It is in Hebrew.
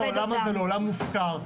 הזה לעולם מופקר.